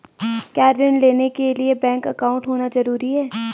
क्या ऋण लेने के लिए बैंक अकाउंट होना ज़रूरी है?